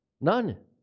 None